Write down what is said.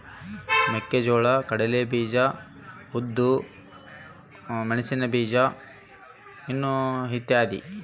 ಬೇಜದ ಹೆಸರುಗಳು ಯಾವ್ಯಾವು?